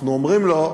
אנחנו אומרים לו: